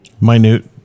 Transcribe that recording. Minute